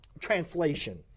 translation